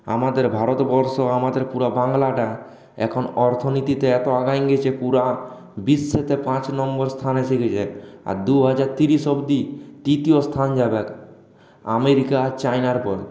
আমাদের ভারতবর্ষ আমাদের পুরো বাঙলাটা এখন অর্থনীতিতে এতো এগিয়ে গেছে পুরো বিশ্বতে পাঁচ নম্বর স্থানে এসে গেছে আর দুহাজার তিরিশ অবধি দ্বিতীয় স্থান যাবে আমেরিকা চায়নার পর